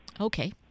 Okay